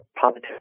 positive